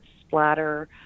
splatter